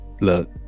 Look